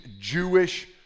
Jewish